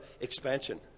expansion